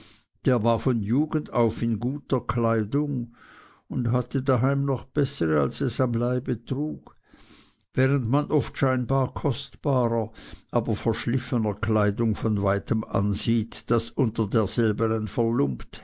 der war von jugend auf in guter kleidung und hatte daheim noch bessere als es am leibe trug während man oft scheinbar kostbarer aber verschliffener kleidung von weitem ansieht daß unter derselben